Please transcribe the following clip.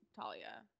Talia